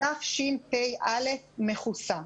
תשפ"א מכוסה.